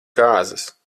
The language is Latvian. kāzas